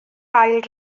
ail